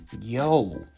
Yo